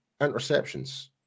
interceptions